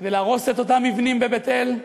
כדי להרוס את אותם מבנים בבית-אל,